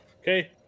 Okay